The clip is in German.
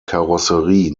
karosserie